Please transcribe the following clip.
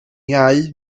iau